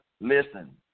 Listen